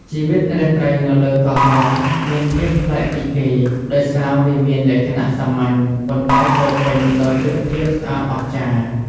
ជីវិតរាត្រីនៅលើកោះរ៉ុងមានភាពប្លែកពីគេ ដោយសារវាមានលក្ខណៈសាមញ្ញ ប៉ុន្តែពោរពេញដោយទិដ្ឋភាពស្អាតអស្ចារ្យ។